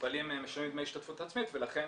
המטופלים משלמים דמי השתתפות עצמית, ולכן